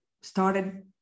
started